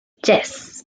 yes